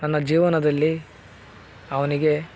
ನನ್ನ ಜೀವನದಲ್ಲಿ ಅವನಿಗೆ